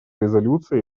резолюция